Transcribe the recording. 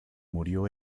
murió